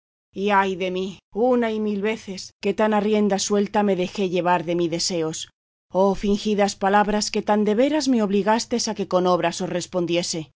y ay de mí una y mil veces que tan a rienda suelta me dejé llevar de mi deseos oh palabras fingidas que tan de veras me obligastes a que con obras os respondiese